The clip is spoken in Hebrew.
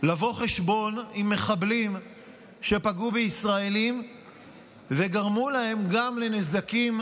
לבוא חשבון עם מחבלים שפגעו בישראלים וגרמו להם גם נזקים,